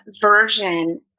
version